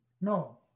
no